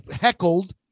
heckled